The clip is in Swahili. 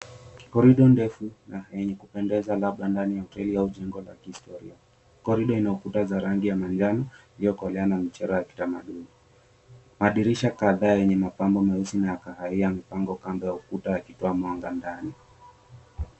Korido ndefu na yenye kupendeza, labda ndani ya hoteli ama jengo la kihistoria. Korido ina ukuta za rangi yaa manjano iliyokolea na michoro ya kitamaduni. Madirisha kadhaa yenye mapambo meusi na ya kahawia yamepangwa kando ya ukuta, yakitoa mwanga ndani.